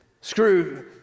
screw